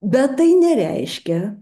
bet tai nereiškia